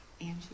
Angie